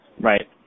Right